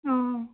অঁ